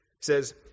says